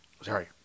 Sorry